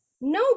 No